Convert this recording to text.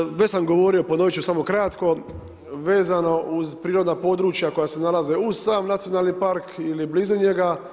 Nadalje, već sam govorio, ponoviti ću samo kratko, vezano uz prirodna područja, koja se nalaze uz sam nacionalni park, ili blizu njega.